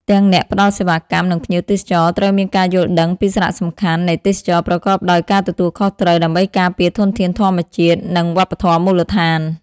ទាំងអ្នកផ្ដល់សេវាកម្ម និងភ្ញៀវទេសចរត្រូវមានការយល់ដឹងពីសារៈសំខាន់នៃទេសចរណ៍ប្រកបដោយការទទួលខុសត្រូវដើម្បីការពារធនធានធម្មជាតិនិងវប្បធម៌មូលដ្ឋាន។